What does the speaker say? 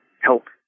help